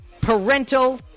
parental